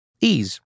Ease